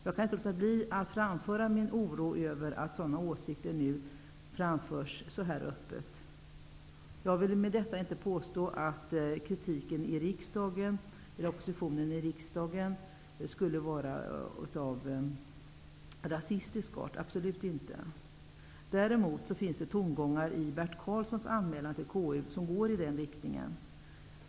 Jag kan inte låta bli att framföra min oro över att sådana åsikter nu framförs så öppet. Jag vill med detta dock inte påstå att kritiken från oppositionen i riksdagen skulle vara av rasistisk art -- så är det absolut inte. Däremot finns det i Bert Karlssons anmälan till KU tongångar i den riktningen.